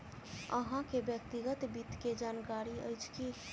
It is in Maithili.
अहाँ के व्यक्तिगत वित्त के जानकारी अइछ की?